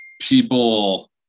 people